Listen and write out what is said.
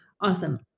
Awesome